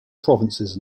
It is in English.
provinces